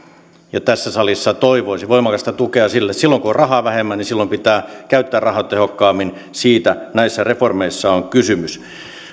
ja tässä salissa toivoisin voimakasta tukea niille silloin kun on rahaa vähemmän niin silloin pitää käyttää rahat tehokkaammin siitä näissä reformeissa on kysymys